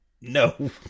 no